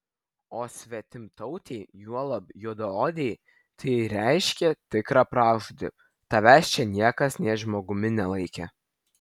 o svetimtautei juolab juodaodei tai reiškė tikrą pražūtį tavęs čia niekas nė žmogumi nelaikė